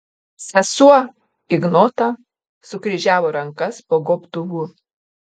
sesuo ignota sukryžiavo rankas po gobtuvu